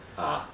ah